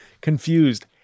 confused